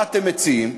מה אתם מציעים?